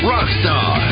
Rockstar